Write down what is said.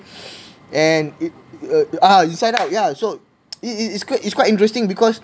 and it uh ah inside out yeah so it it it's good it's quite interesting because